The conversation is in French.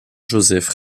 joseph